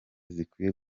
zikwiye